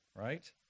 right